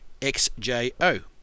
XJO